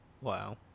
Wow